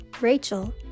Rachel